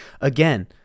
Again